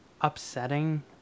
upsetting